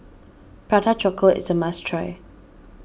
Prata Chocolate is a must try